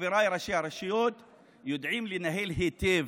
חבריי ראשי הרשויות יודעים לנהל היטב,